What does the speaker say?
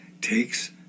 takes